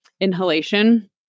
inhalation